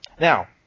Now